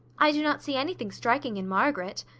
i do not see anything striking in margaret.